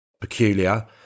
peculiar